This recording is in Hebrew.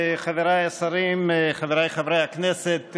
חבריי השרים, חבריי חברי הכנסת,